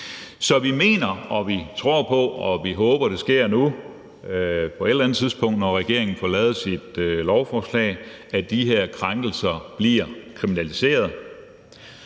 Så vi mener, vi tror på, og vi håber, det sker nu på et eller andet tidspunkt, når regeringen får lavet sit lovforslag, at de her krænkelser bliver kriminaliseret.